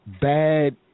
bad